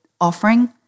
offering